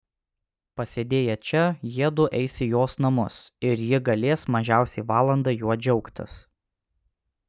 pasėdėję čia jiedu eis į jos namus ir ji galės mažiausiai valandą juo džiaugtis